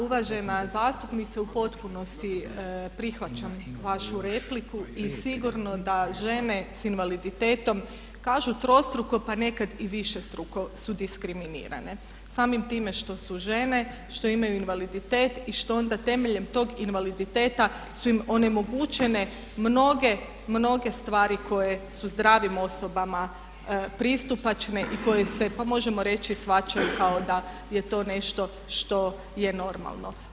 Uvažena zastupnice u potpunosti prihvaćam vašu repliku i sigurno da žene sa invaliditetom kažu trostruko pa nekad i višestruko su diskriminirane samim time što su žene, što imaju invaliditet i što onda temeljem tog invaliditeta su im onemogućene mnoge, mnoge stvari koje su zdravim osobama pristupačne i koje se, pa možemo reći shvaćaju kao da je to nešto što je normalno.